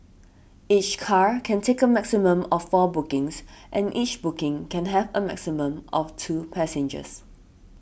each car can take a maximum of four bookings and each booking can have a maximum of two passengers